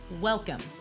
Welcome